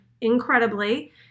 incredibly